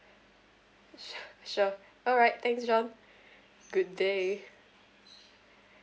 sure alright thanks john good day